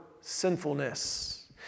sinfulness